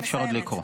אי-אפשר עוד לקרוא.